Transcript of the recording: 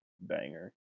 Banger